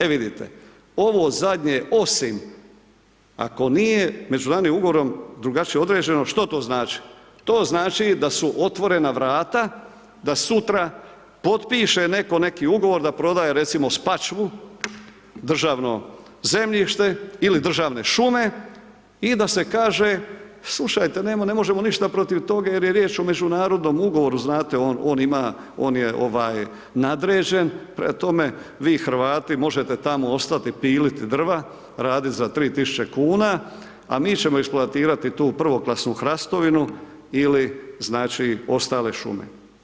E vidite ovo zadnje osim ako nije međunarodnim ugovorom drugačije određeno, što to znači, to znači da su otvorena vrata, da sutra potpiše neko neki ugovor da prodaje recimo Spačvu, državno zemljište ili državne šume i da se kaže slušajte njemu ne možemo ništa protiv toga jer je riječ o međunarodnom ugovoru znate on ima, on je ovaj nadređen prema tome vi Hrvati možete tako ostati pilit drva, radit za 3.000 kuna, a mi ćemo eksploatirati tu prvoklasnu hrastovinu ili znači ostale šume.